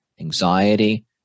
anxiety